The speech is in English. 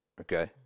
Okay